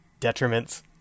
detriments